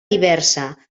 diversa